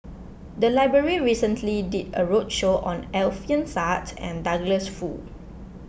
the library recently did a roadshow on Alfian Sa'At and Douglas Foo